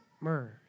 myrrh